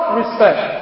respect